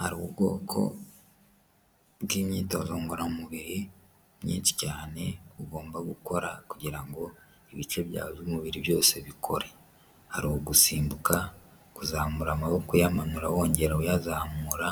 Hari ubwoko bw'imyitozo ngororamubiri myinshi cyane, ugomba gukora kugirango ngo ibice byawe by'umubiri byose bikore. Hari ugusimbuka, kuzamura amaboko, uyamanura wongera uyazamura